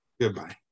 Goodbye